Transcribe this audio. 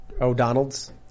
O'Donnell's